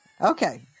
okay